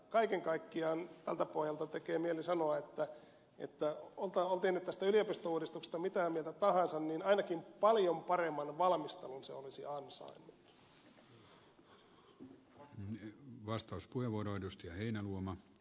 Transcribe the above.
kaiken kaikkiaan tältä pohjalta tekee mieli sanoa että oltiin nyt tästä yliopistouudistuksesta mitä mieltä tahansa niin ainakin paljon paremman valmistelun se olisi ansainnut